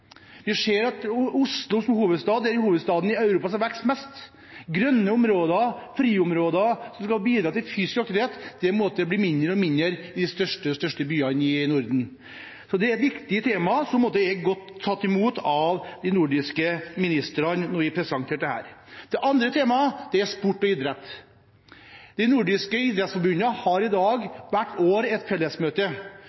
Vi har innledet et samarbeid med de nordiske friluftsorganisasjonene om å ha en felles konferanse på dette området med temaet urbant friluftsliv. Oslo er den hovedstaden i Europa som vokser mest. Grønne områder, friområder som skal bidra til fysisk aktivitet, blir mindre og mindre i de største byene i Norden. Det er et viktig tema som ble godt tatt imot av de nordiske ministrene da vi presenterte dette. Det andre temaet er sport og idrett. De nordiske idrettsforbundene har et fellesmøte